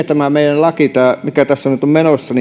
tämä irtisanomislain muutos mikä tässä nyt on menossa